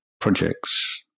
projects